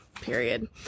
period